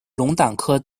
龙胆科